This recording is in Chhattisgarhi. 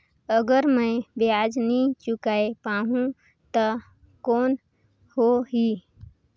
अगर मै ब्याज नी चुकाय पाहुं ता कौन हो ही?